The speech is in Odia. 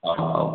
ହେଉ